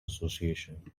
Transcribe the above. association